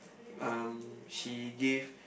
um she gave